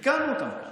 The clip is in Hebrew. ותיקנו אותן.